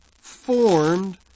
formed